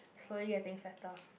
slowly getting fatter